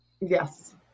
Yes